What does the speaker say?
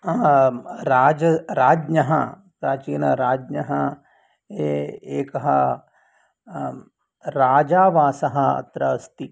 राज्ञः प्राचीनराज्ञः एकः राजावासः अत्र अस्ति